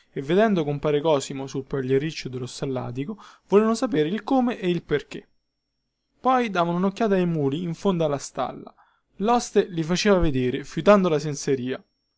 e vedendo compare cosimo sul pagliericcio dello stallatico volevano sapere il come ed il perchè poi davano unocchiata ai muli in fondo alla stalla loste li faceva vedere fiutando la